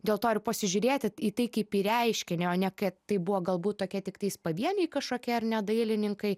dėl to ir pasižiūrėti į tai kaip į reiškinį o ne kad tai buvo galbūt tokie tiktais pavieniai kašokie ar ne dailininkai